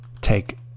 Take